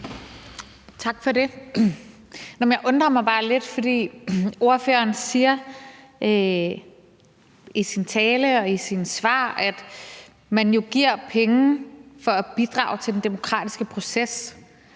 Tak for det. Jeg undrer mig bare lidt, for ordføreren siger i sin tale og i sine svar, at man giver penge for at bidrage til den demokratiske proces.